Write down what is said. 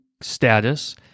status